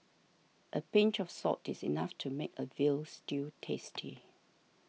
a pinch of salt is enough to make a Veal Stew tasty